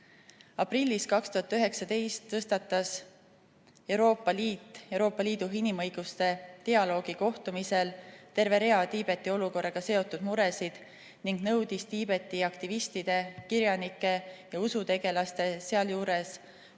Aprillis 2019 tõstatas Euroopa Liit inimõiguste dialoogi kohtumisel terve rea Tiibeti olukorraga seotud muresid ning nõudis Tiibeti aktivistide – kirjanike, usutegelaste, sealjuures Tashi